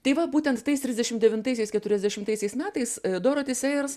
tai va būtent tais trisdešim devintaisiais keturiasdešimtaisiais metais doroti sėjers